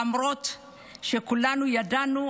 למרות שכולנו ידענו,